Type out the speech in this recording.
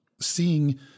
seeing